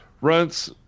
Runs